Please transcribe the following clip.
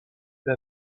peu